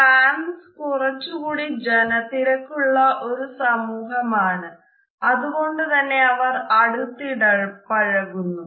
France കുറച്ചു കൂടി ജനത്തിരക്കുള്ള ഒരു സമൂഹമാണ് അതുകൊണ്ടു തന്നെ അവർ അടുത്തിടപഴകുന്നു